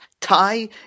Tie